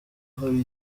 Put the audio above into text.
hari